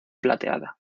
plateada